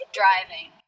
driving